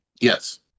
Yes